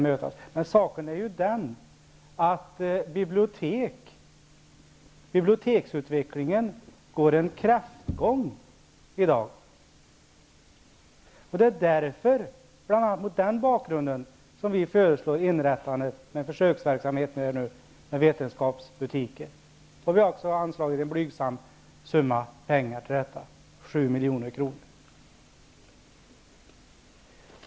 Men saken är ju den att biblioteksutvecklingen går en kräftgång i dag. Det är bl.a. mot den bakgrunden som vi föreslår inrättande, med försöksverksamhet fr.o.m. nu, av vetenskapsbutiker. Vi har också föreslagit en blygsam summa pengar till detta, 7 milj.kr.